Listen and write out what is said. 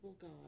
God